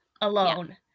alone